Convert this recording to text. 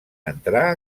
entrar